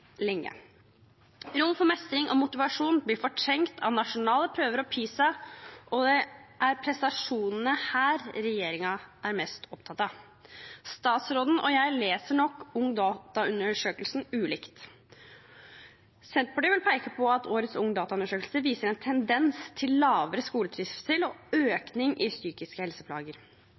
lenge. Rom for mestring og motivasjon blir fortrengt av nasjonale prøver og PISA, for det er prestasjonene her regjeringen er mest opptatt av. Statsråden og jeg leser nok Ungdata-undersøkelsen ulikt. Senterpartiet vil peke på at årets Ungdata-undersøkelse viser en tendens til lavere skoletrivsel og økning i psykiske helseplager.